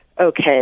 okay